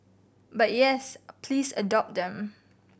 but yes please adopt them